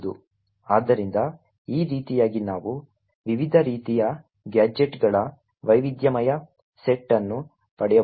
ಆದ್ದರಿಂದ ಈ ರೀತಿಯಾಗಿ ನಾವು ವಿವಿಧ ರೀತಿಯ ಗ್ಯಾಜೆಟ್ಗಳ ವೈವಿಧ್ಯಮಯ ಸೆಟ್ ಅನ್ನು ಪಡೆಯಬಹುದು